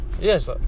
Yes